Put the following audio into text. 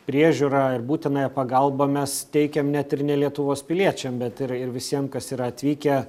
priežiūrą ir būtinąją pagalbą mes teikiam net ir ne lietuvos piliečiam bet ir ir visiem kas yra atvykę